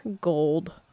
Gold